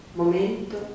momento